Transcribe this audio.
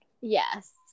Yes